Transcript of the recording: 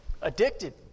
Addicted